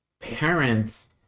parents